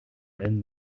then